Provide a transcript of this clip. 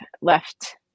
left